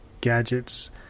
gadgets